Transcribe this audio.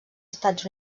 estats